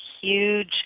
huge